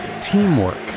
teamwork